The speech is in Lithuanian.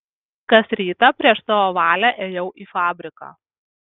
kas rytą prieš savo valią ėjau į fabriką